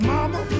Mama